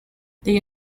they